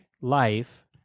life